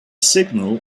signal